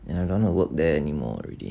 and I don't wanna work there anymore already